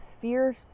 fierce